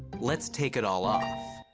let's take it all off.